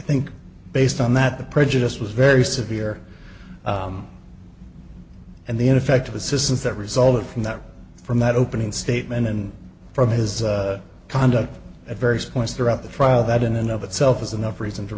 think based on that the prejudice was very severe and the ineffective assistance that resulted from that from that opening statement and from his conduct at various points throughout the trial that in and of itself is enough reason to